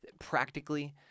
Practically